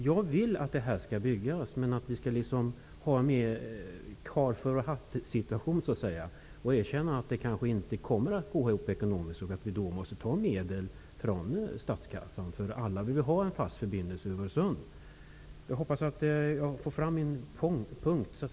Jag vill att Öresundsbron skall byggas, men att vi skall vara mer karl för vår hatt och erkänna att det kanske inte kommer att gå ihop ekonomiskt och att vi då måste ta medel från statskassan. Alla vill ju ha en fast förbindelse över Öresund. Jag hoppas att jag har fört fram min synpunkt.